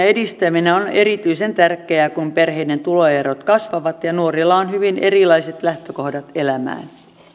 edistäminen on erityisen tärkeää kun perheiden tuloerot kasvavat ja nuorilla on hyvin erilaiset lähtökohdat elämään